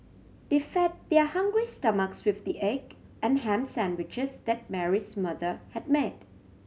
they fed their hungry stomachs with the egg and ham sandwiches that Mary's mother had made